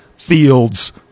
Fields